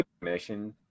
mission